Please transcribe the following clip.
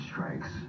Strikes